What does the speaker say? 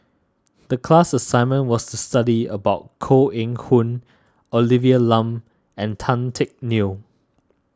the class assignment was to study about Koh Eng Hoon Olivia Lum and Tan Teck Neo